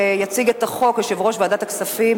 יציג את החוק יושב-ראש ועדת הכספים,